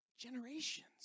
generations